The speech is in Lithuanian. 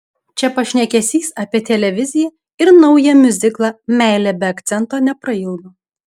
čia pašnekesys apie televiziją ir naują miuziklą meilė be akcento neprailgo